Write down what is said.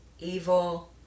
evil